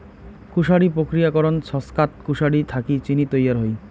কুশারি প্রক্রিয়াকরণ ছচকাত কুশারি থাকি চিনি তৈয়ার হই